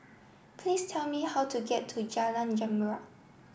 please tell me how to get to Jalan Zamrud